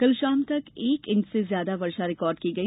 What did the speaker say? कल शाम तक एक इंच से ज्यादा वर्षा रिकार्ड की गई